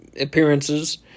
appearances